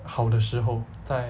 好的时候在